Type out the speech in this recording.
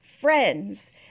friends